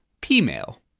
P-Mail